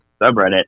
subreddit